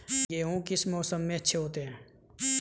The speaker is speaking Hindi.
गेहूँ किस मौसम में अच्छे होते हैं?